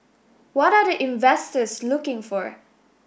what are the investors looking for